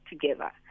together